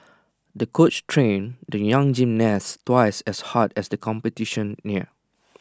the coach trained the young gymnast twice as hard as the competition neared